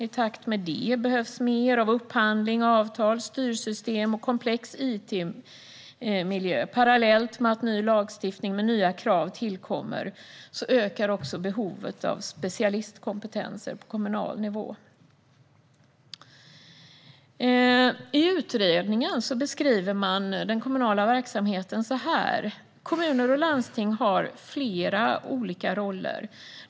I takt med att det behövs mer av upphandling, avtal, styrsystem och komplex itmiljö parallellt med att ny lagstiftning med nya krav tillkommer ökar behovet av specialistkompetenser på kommunal nivå. I utredningen beskriver man den kommunala verksamheten så här: Kommuner och landsting har flera olika roller.